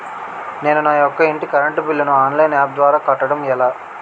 నేను నా యెక్క ఇంటి కరెంట్ బిల్ ను ఆన్లైన్ యాప్ ద్వారా కట్టడం ఎలా?